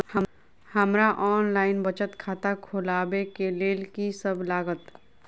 हमरा ऑनलाइन बचत खाता खोलाबै केँ लेल की सब लागत?